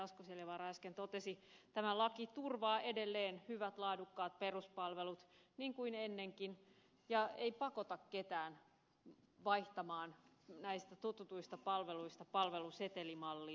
asko seljavaara äsken totesi tämä laki turvaa edelleen hyvät laadukkaat peruspalvelut niin kuin ennenkin eikä pakota ketään vaihtamaan näistä totutuista palveluista palvelusetelimalliin